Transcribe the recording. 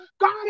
God